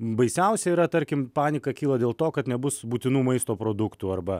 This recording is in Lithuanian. baisiausia yra tarkim panika kyla dėl to kad nebus būtinų maisto produktų arba